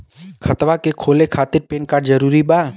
खतवा के खोले खातिर पेन कार्ड जरूरी बा?